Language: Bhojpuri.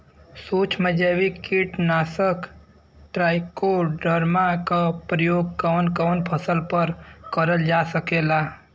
सुक्ष्म जैविक कीट नाशक ट्राइकोडर्मा क प्रयोग कवन कवन फसल पर करल जा सकेला?